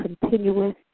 continuous